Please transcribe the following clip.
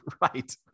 Right